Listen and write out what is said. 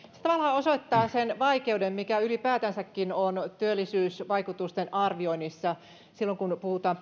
tavallaan osoittaa sen vaikeuden mikä ylipäätänsäkin on on työllisyysvaikutusten arvioinnissa silloin kun puhutaan